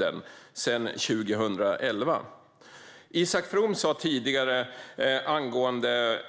Förvildade katter är ett stort problem. Isak From sa tidigare angående